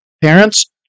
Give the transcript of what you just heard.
Parents